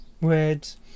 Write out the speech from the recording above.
Words